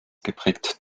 geprägt